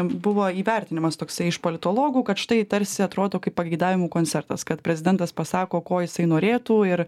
buvo įvertinimas toksai iš politologų kad štai tarsi atrodo kaip pageidavimų koncertas kad prezidentas pasako ko jisai norėtų ir